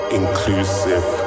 inclusive